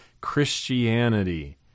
Christianity